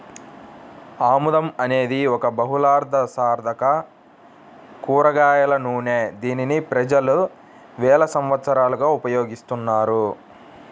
ఆముదం అనేది ఒక బహుళార్ధసాధక కూరగాయల నూనె, దీనిని ప్రజలు వేల సంవత్సరాలుగా ఉపయోగిస్తున్నారు